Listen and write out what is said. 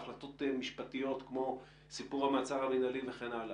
החלטות משפטיות כמו סיפור המעצר המינהלי וכן הלאה.